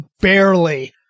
barely